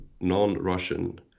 non-Russian